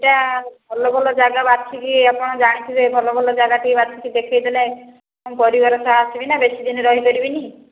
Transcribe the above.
କିଛିଟା ଭଲ ଭଲ ଯାଗା ବାଛିକି ଆପଣ ଜାଣିଥିବେ ଭଲ ଭଲ ଯାଗା ଟିକେ ବାଛିକି ଦେଖେଇ ଦେଲେ ପରିବାର ସହ ଆସିବି ନା ବେଶୀ ଦିନ ରହିପାରିବିନି